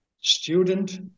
Student